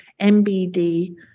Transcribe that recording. MBD